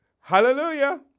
Hallelujah